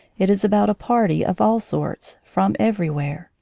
it is about a party of all sorts, from everywhere,